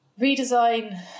redesign